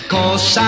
Cause